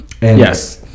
Yes